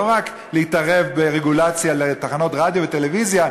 לא רק יתערבו ברגולציה לתחנות רדיו וטלוויזיה,